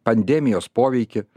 pandemijos poveikį